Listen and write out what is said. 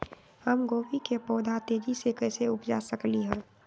हम गोभी के पौधा तेजी से कैसे उपजा सकली ह?